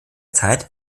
zeit